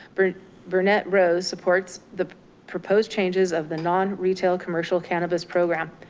but burnett rose supports the proposed changes of the non-retail commercial cannabis program.